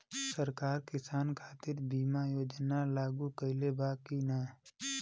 सरकार किसान खातिर बीमा योजना लागू कईले बा की ना?